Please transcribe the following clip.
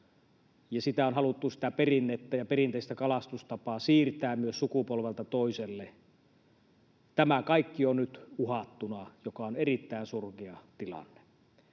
sitä perinnettä ja perinteistä kalastustapaa siirtää myös sukupolvelta toiselle. Tämä kaikki on nyt uhattuna, mikä on erittäin surkea tilanne.